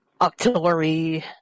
Octillery